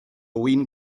win